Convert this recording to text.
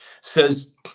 says